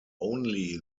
only